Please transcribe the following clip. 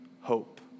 hope